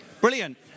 brilliant